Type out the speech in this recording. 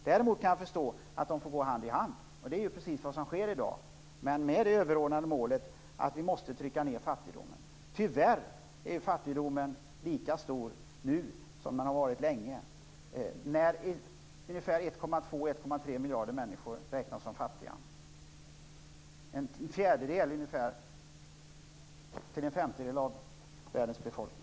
Däremot kan jag förstå att de två sakerna får gå hand i hand. Det är ju precis vad som sker i dag, men med det övergripande målet att vi måste trycka ned fattigdomen. Tyvärr är ju fattigdomen lika stor nu som den har varit länge. Ungefär 1,2-1,3 miljarder människor räknas som fattiga. Det är ungefär en fjärdedel till en femtedel av världens befolkning.